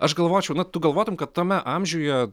aš galvočiau na tu galvotum kad tame amžiuje